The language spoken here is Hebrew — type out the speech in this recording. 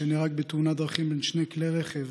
שנהרג בתאונת דרכים בין שני כלי רכב